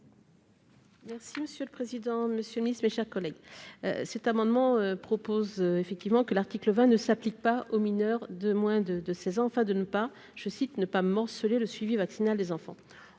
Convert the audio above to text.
Merci monsieur le président, Monsieur le Ministre, mes chers collègues, cet amendement propose effectivement que l'article 20 ne s'applique pas aux mineurs de moins de de ses enfin de ne pas, je cite, ne pas morceler le suivi vaccinal des enfants,